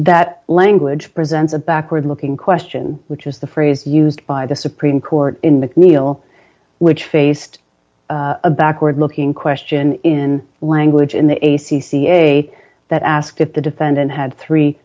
that language presents a backward looking question which is the phrase used by the supreme court in mcneil which faced a backward looking question in language in the a c c a that asked if the defendant had three